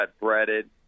breaded